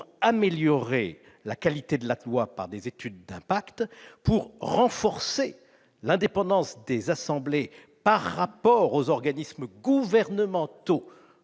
améliorer la qualité de la loi par des études d'impact, pour renforcer l'indépendance du Parlement par rapport aux organismes gouvernementaux